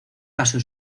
pasó